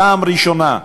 פעם ראשונה,